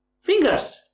Fingers